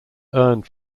earned